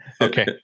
okay